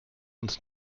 uns